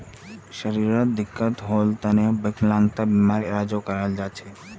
शरीरत दिक्कत होल तने विकलांगता बीमार इलाजो कराल जा छेक